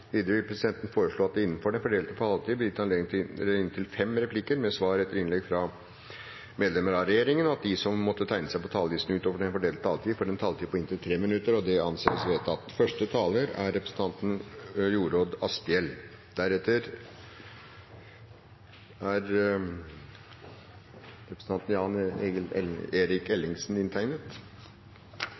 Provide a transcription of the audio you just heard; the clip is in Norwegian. Videre vil presidenten foreslå at det blir gitt anledning til inntil seks replikker med svar etter innlegg fra medlemmer av regjeringen innenfor den fordelte taletid, og at de som måtte tegne seg på talerlisten utover den fordelte taletid, får en taletid på inntil 3 minutter. – Det anses vedtatt. For Arbeiderpartiet er